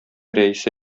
рәисе